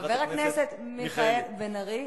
חבר הכנסת מיכאל בן-ארי,